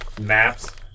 maps